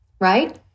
right